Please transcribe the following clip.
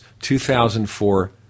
2004